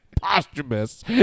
Posthumous